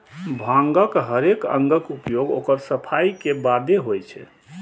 भांगक हरेक अंगक उपयोग ओकर सफाइ के बादे होइ छै